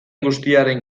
guztiaren